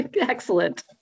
Excellent